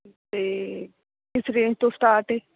ਤੇ ਕਿਸ ਰੇਂਜ ਤੋਂ ਸਟਾਰਟ ਐ